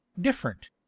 different